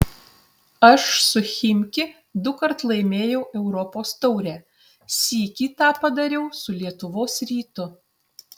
aš su chimki dukart laimėjau europos taurę sykį tą padariau su lietuvos rytu